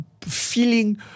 feeling